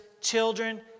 children